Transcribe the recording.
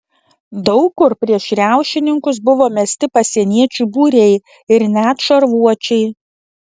daug kur prieš riaušininkus buvo mesti pasieniečių būriai ir net šarvuočiai